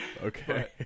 Okay